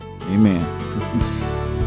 Amen